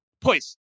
Please